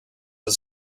was